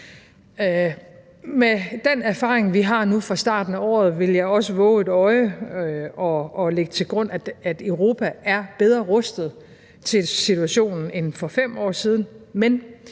Med den erfaring, vi har nu fra starten af året, vil jeg også vove et øje og lægge til grund, at Europa er bedre rustet til situationen end for 5 år siden,